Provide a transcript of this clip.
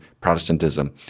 Protestantism